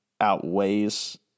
outweighs